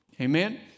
Amen